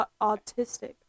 autistic